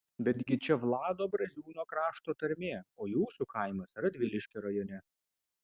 betgi čia vlado braziūno krašto tarmė o jūsų kaimas radviliškio rajone